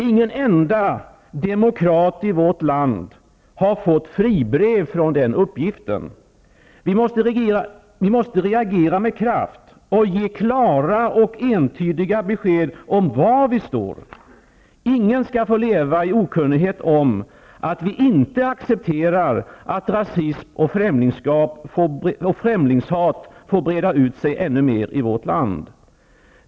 Ingen enda demokrat i vårt land har fått fribrev från den uppgiften. Vi måste reagera med kraft. Och ge klara och entydiga besked om var vi står. Ingen skall få leva i okunnighet om, att vi inte accepterar att rasism och främlingshat får breda ut sig ännu mer i vårt land.